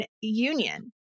Union